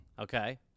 Okay